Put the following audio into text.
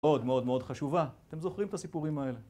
מאוד מאוד מאוד חשובה. אתם זוכרים את הסיפורים האלה